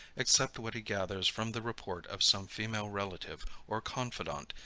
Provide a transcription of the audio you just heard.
except what he gathers from the report of some female relative, or confidant,